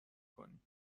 کنیم